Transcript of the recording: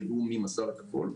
ידעו מי מסר את הכול.